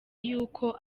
yuko